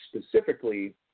specifically